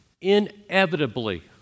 Inevitably